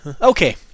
Okay